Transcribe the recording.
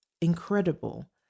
incredible